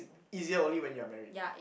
easier only when you're married